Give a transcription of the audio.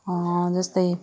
जस्तै